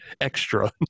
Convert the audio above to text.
extra